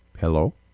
Hello